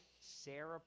Sarah